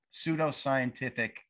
pseudoscientific